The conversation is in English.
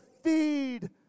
feed